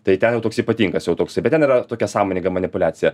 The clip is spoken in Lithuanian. tai ten jau toks ypatingas jau toksai bet ten yra tokia sąmoninga manipuliacija